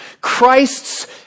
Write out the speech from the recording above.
Christ's